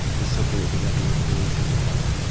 is something that the government ought to be incentivising.